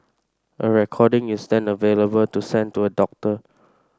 a recording is then available to send to a doctor